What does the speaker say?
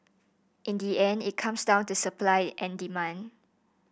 in the end it comes down to supply and demand